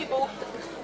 הישיבה ננעלה בשעה 14:06.